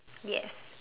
yes